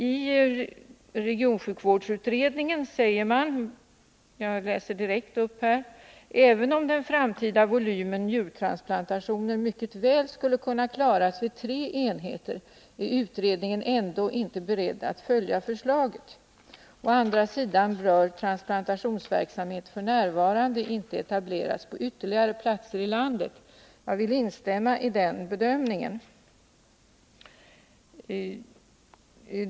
Iregionsjukvårdsutredningen sägs bl.a. följande: ”Även om den framtida volymen njurtransplantationer mycket väl skulle kunna klaras vid tre enheter, är utredningen ändå inte beredd att följa förslaget. Å andra sidan bör transplantationsverksamhet f. n. inte etableras på ytterligare platser i landet.” Jag instämmer i den bedömningen.